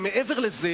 מעבר לזה,